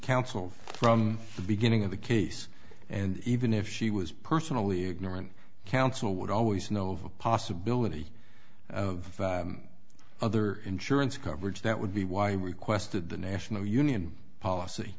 counsel from the beginning of the case and even if she was personally ignorant counsel would always know of a possibility of other insurance coverage that would be why requested the national union policy